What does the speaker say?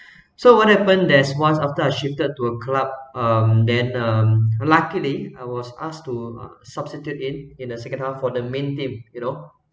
so what happen there's once after I shifted to a club um then um luckily I was asked to uh substitute in in the second half for the main team you know